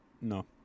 no